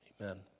amen